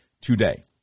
today